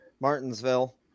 Martinsville